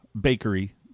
bakery